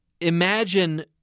imagine